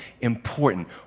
important